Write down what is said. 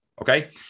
Okay